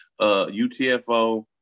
UTFO